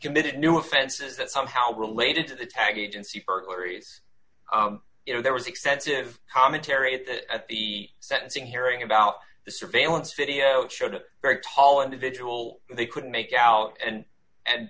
committed new offenses that somehow related to the tag agency burglaries you know there was extensive commentary at that at the sentencing hearing about the surveillance video that showed a very tall individual they could make out and and